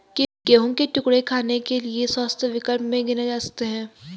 गेहूं के टुकड़े खाने के लिए स्वस्थ विकल्प में गिने जा सकते हैं